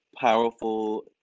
powerful